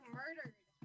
murdered